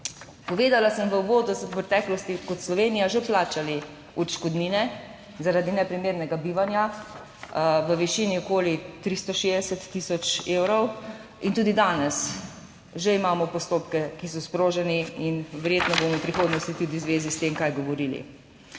Povedala sem v uvodu, da so v preteklosti, kot Slovenija, že plačali odškodnine zaradi neprimernega bivanja v višini okoli 360 tisoč evrov in tudi danes že imamo postopke, ki so sproženi in verjetno bomo v prihodnosti tudi v zvezi s tem kaj govorili.